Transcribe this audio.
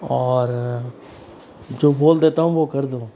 और जो बोल देता हूँ वो कर देता